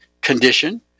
condition